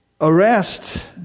arrest